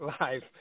Live